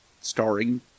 starring